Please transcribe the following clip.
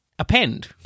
append